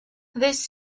this